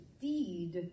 feed